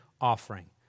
offering